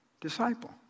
disciple